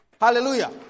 Hallelujah